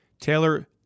Taylor